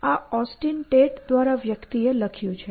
આ Austin Tate નામના વ્યક્તિએ લખ્યું છે